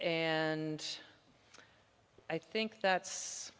and i think that's